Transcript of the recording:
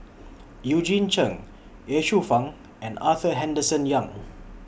Eugene Chen Ye Shufang and Arthur Henderson Young